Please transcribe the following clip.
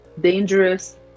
dangerous